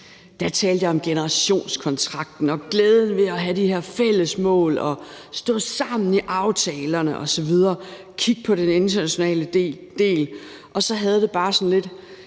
Der talte jeg om generationskontrakten, glæden ved at have de her fælles mål og stå sammen i aftalerne, at kigge på den internationale del osv., og så havde jeg det bare sådan lidt,